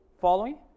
Following